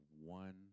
one